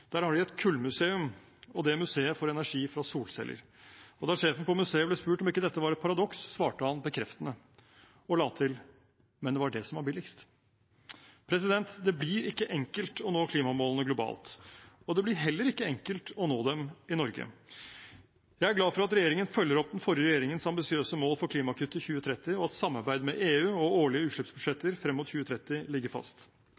Der har de et kullmuseum, og det museet får energi fra solceller. Da sjefen for museet ble spurt om ikke dette var et paradoks, svarte han bekreftende og la til: Men det var det som var billigst. Det blir ikke enkelt å nå klimamålene globalt, og det blir heller ikke enkelt å nå dem i Norge. Jeg er glad for at regjeringen følger opp den forrige regjeringens ambisiøse mål for klimakutt til 2030, og at samarbeid med EU og årlige utslippsbudsjetter frem mot 2030 ligger fast.